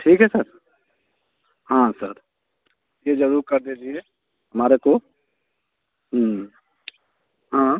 ठीक है सर हाँ सर ये ज़रूर कर दीजिए हमारे को हाँ